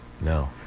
No